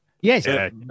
Yes